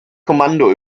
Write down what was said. kommando